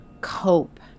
cope